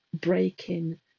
breaking